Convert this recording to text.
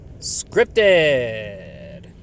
scripted